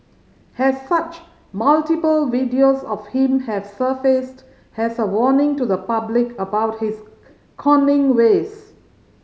has such multiple videos of him have surfaced has a warning to the public about his conning ways